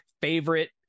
favorite